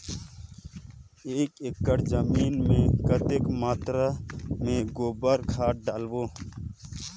एक एकड़ जमीन मे कतेक मात्रा मे गोबर खाद डालबो?